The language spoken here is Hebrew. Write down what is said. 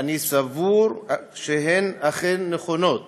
ואני סבור שהן אכן נכונות,